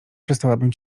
przestałabym